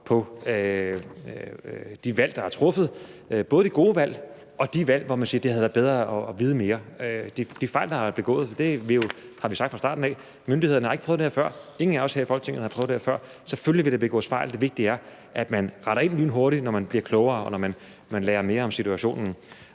på de valg, der er truffet, både de gode og de valg, hvor man siger, at det havde været bedre at vide mere. I forhold til de fejl, der er begået, har vi sagt fra starten af, at myndighederne ikke har prøvet det her før, ingen af os i Folketinget har prøvet det her før – selvfølgelig vil der begås fejl, men det vigtige er, at man retter ind lynhurtigt, når man bliver klogere, og når man lærer mere om situationen.